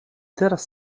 teraz